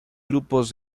grupos